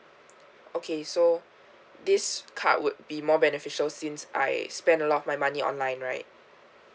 okay so this card would be more beneficial since I spend a lot of my money online right